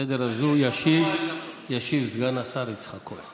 לסדר-היום הזו ישיב סגן השר יצחק כהן.